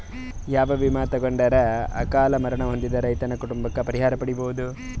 ಯಾವ ವಿಮಾ ತೊಗೊಂಡರ ಅಕಾಲ ಮರಣ ಹೊಂದಿದ ರೈತನ ಕುಟುಂಬ ಪರಿಹಾರ ಪಡಿಬಹುದು?